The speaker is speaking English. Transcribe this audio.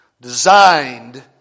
designed